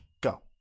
Go